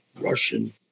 Russian